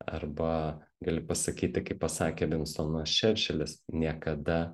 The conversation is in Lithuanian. arba gali pasakyti kaip pasakė vinstonas čerčilis niekada